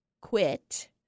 quit